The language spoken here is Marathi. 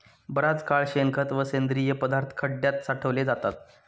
बराच काळ शेणखत व सेंद्रिय पदार्थ खड्यात साठवले जातात